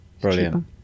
brilliant